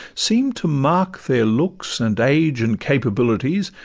seem'd to mark their looks and age, and capabilities,